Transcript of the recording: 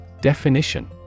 Definition